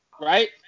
right